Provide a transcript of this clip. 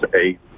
eight